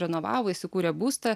renovavo įsikūrė būstą